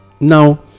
now